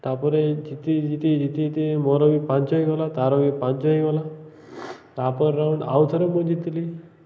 ତାପରେ ଜିତି ଜିତିି ଜିତିି ଜିତି ମୋର ବି ପାଞ୍ଚ ହିଁ ଗଲା ତାର ବି ପାଞ୍ଚ ହିଁ ଗଲା ତାପ ରାଉଣ୍ଡ ଆଉ ଥରେ ମୁଁ ଜିତିଲି